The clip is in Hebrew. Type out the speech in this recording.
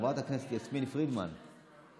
חברת הכנסת יסמין פרידמן, בבקשה.